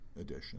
edition